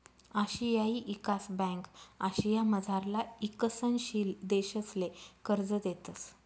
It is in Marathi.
आशियाई ईकास ब्यांक आशियामझारला ईकसनशील देशसले कर्ज देतंस